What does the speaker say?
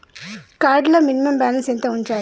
Card లో minimum balance ఎంత ఉంచాలే?